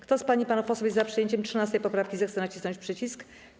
Kto z pań i panów posłów jest za przyjęciem 13. poprawki, zechce nacisnąć przycisk.